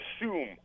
assume